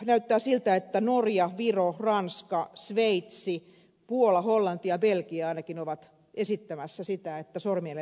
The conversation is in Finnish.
näyttää siltä että norja viro ranska sveitsi puola hollanti ja belgia ainakin ovat esittämässä sitä että sormenjäljet rekisteröidään